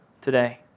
today